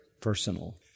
personal